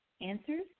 answers